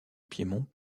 piémont